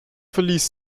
verließ